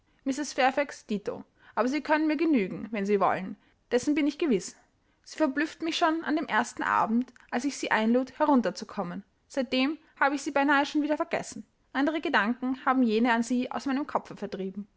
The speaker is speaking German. dito aber sie können mir genügen wenn sie wollen dessen bin ich gewiß sie verblüfften mich schon an dem ersten abend als ich sie einlud herunterzukommen seitdem habe ich sie beinahe schon wieder vergessen andere gedanken haben jene an sie aus meinem kopfe vertrieben